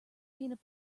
peanut